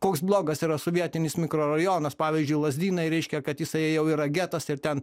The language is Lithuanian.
koks blogas yra sovietinis mikrorajonas pavyzdžiui lazdynai reiškia kad jisai jau yra getas ir ten